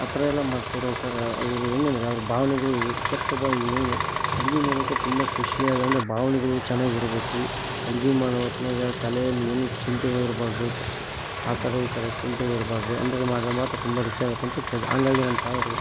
ಆ ಥರ ಎಲ್ಲ ಮಾಡ್ತಿರಬೇಕಾರೆ ಅವರು ಹೇಗಂದ್ರೆ ಅವ್ರ ಭಾವನೆಗಳು ಕೆಟ್ಟ ಭಾವ ಏನು ಅಡುಗೆ ಮಾಡ್ಬೇಕಾರ್ ತುಂಬ ಖುಷಿಯಾಗಿ ಅಂದರೆ ಭಾವನೆಗಳು ಚೆನ್ನಾಗಿರ್ಬೇಕು ಅಡುಗೆ ಮಾಡೋ ಹೊತ್ನಾಗ ತಲೆಯಲ್ಲೇನು ಚಿಂತೆಗಳಿರಬಾರ್ದು ಆ ಥರ ಈ ಥರಾ ಚಿಂತೆಗಳಿರಬಾರ್ದು ಅಂದರೆ ಮಾಡಿದ್ರೆ ಮಾತ್ರ ತುಂಬ ರುಚಿ ಆಗುತ್ತೆ ಅಂತ ಕೇಳಿದ್ದೆ ಹಾಗಾಗಿ ನಮ್ಮ ತಾಯೋರು